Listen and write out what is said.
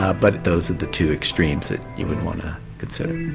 ah but those are the two extremes that you would want to consider.